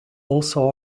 also